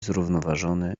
zrównoważony